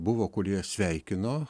buvo kurie sveikino